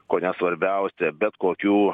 kone svarbiausia bet kokių